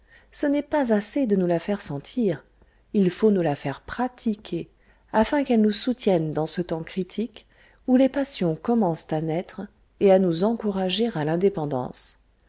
ce n'est pas assez de nous la faire sentir il faut nous la faire pratiquer afin qu'elle nous soutienne dans ce temps critique où les passions commencent à naître et à nous encourager à l'indépendance